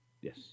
Yes